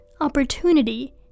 opportunity